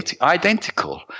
identical